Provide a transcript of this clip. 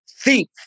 Thief